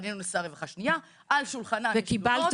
פנינו לשר רווחה שני.